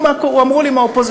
אמרו לי: הוא מהאופוזיציה.